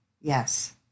Yes